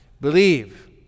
Believe